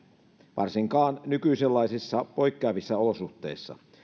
varsinkaan nykyisenlaisissa poikkeavissa olosuhteissa